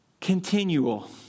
continual